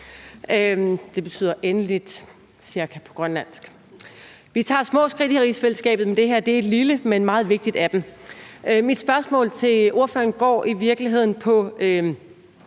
det betyder »endelig« på grønlandsk. Vi tager små skridt i rigsfællesskabet, men det her er et lille, men meget vigtigt et af dem. Mit spørgsmål til ordføreren går i virkeligheden på